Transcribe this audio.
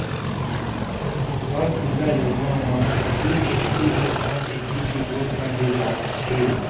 सौर सूजला योजना म तीन एच.पी अउ पाँच एच.पी के बोर पंप दे जाथेय